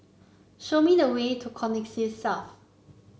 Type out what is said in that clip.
show me the way to Connexis South